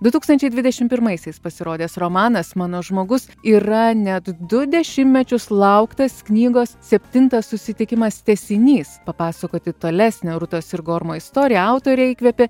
du tūkstančiai dvidešim pirmaisiais pasirodęs romanas mano žmogus yra net du dešimtmečius lauktas knygos septintas susitikimas tęsinys papasakoti tolesnę rutos ir gormo istoriją autorę įkvėpė